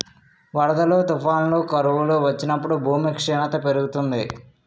వరదలు, తుఫానులు, కరువులు వచ్చినప్పుడు భూమి క్షీణత పెరుగుతుంది